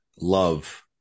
love